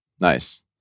Nice